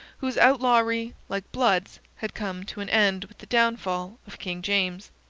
whose outlawry, like blood's, had come to an end with the downfall of king james.